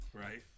Right